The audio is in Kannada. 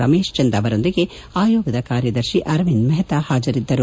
ರಮೇಶ್ ಚಂದ್ ಅವರೊಂದಿಗೆ ಆಯೋಗದ ಕಾರ್ಯದರ್ಶಿ ಅರವಿಂದ್ ಮೆಹತಾ ಹಾಜರಿದ್ದರು